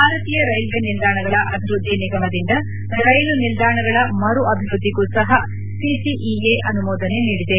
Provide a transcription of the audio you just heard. ಭಾರತೀಯ ರೈಲ್ವೆ ನಿಲ್ದಾಣಗಳ ಅಭಿವೃದ್ದಿ ನಿಗಮದಿಂದ ರೈಲು ನಿಲ್ದಾಣಗಳ ಮರು ಅಭಿವೃದ್ದಿಗೂ ಸಹ ಸಿಸಿಇಎ ಅನುಮೋದನೆ ನೀಡಿದೆ